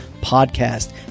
podcast